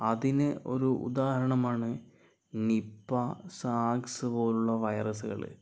അതിന് ഒരു ഉദാഹരണമാണ് നിപ്പ സാർസ് പോലുള്ള വൈറസുകൾ